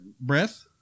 breath